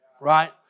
right